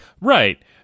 Right